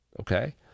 okay